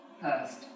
first